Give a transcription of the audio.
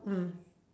mm